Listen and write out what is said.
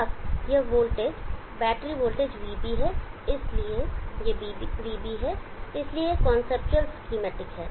अब यह voltage battery voltage VB है इसलिए यह VB है इसलिए यह कांसेप्चुअल स्कीमेटिक है